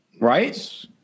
Right